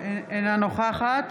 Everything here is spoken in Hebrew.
אינה נוכחת